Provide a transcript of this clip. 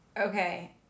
Okay